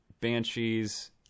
Banshees